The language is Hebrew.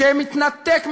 שמתנתק מהציבור,